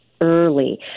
early